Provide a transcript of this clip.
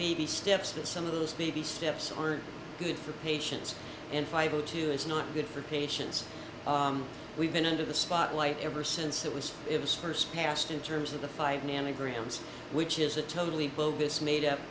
baby steps that some of those baby steps aren't good for patients and five o two is not good for patients we've been under the spotlight ever since it was it was first passed in terms of the five nanograms which is a totally bogus made